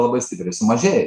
labai stipriai sumažėjo